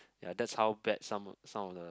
ya that's how bad some some of the